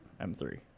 M3